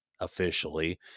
officially